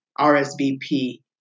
RSVP